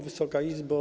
Wysoka Izbo!